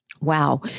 wow